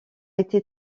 été